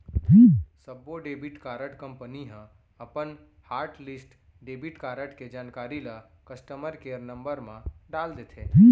सब्बो debit card company ह अपन हॉटलिस्ट डेबिट कारड के जानकारी ल कस्टमर केयर नंबर म डाल देथे